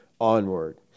onward